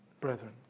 brethren